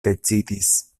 decidis